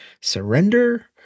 surrender